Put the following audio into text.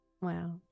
Wow